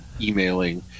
emailing